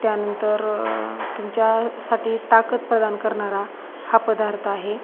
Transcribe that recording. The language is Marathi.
त्यानंतर तुमच्यासाठी ताकद प्रदान करणारा हा पदार्थ आहे